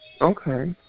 Okay